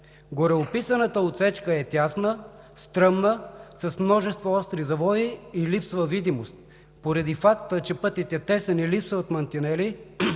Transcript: Гореописаната отсечка е тясна, стръмна, с множество остри завои и липсва видимост. Поради факта, че пътят е тесен и липсват мантинели,